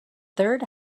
third